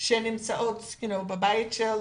שנמצאות בבתים,